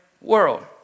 world